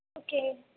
okay